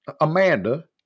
Amanda